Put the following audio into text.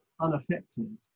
unaffected